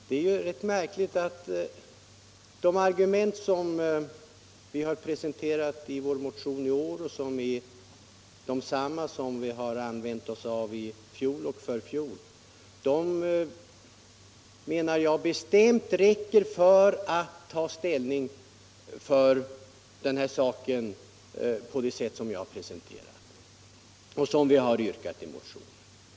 Herr talman! De argument som vi presenterat i vår motion i år och som är desamma som vi använde i fjol och förfjol anser jag bestämt räcker för att ta ställning i den här frågan på det sätt som vi yrkat i vår motion.